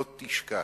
לא תשכח".